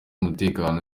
umutekano